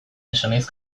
esanahiz